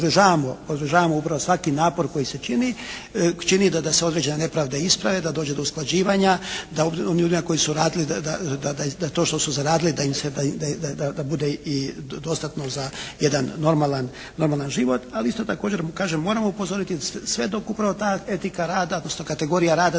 upravo svaki napor koji se čini, čini da se određene nepravde isprave. Da dođe do usklađivanja. Da onim ljudima koji su radili da to što su zaradili da im se, da bude i dostatno za jedan normalan, normalan život. Ali isto također kažem moram upozoriti sve dok upravo ta etika rada odnosno kategorija rada